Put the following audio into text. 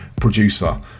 producer